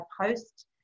post